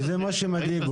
כי זה מה שמדאיג אותם.